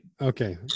Okay